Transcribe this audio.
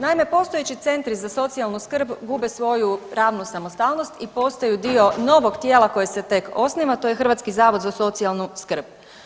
Naime, postojeći centri za socijalnu skrb gube svoju pravnu samostalnost i postaju dio novog tijela koje se tek osniva, to je Hrvatski zavod za socijalnu skrb.